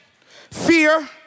fear